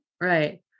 Right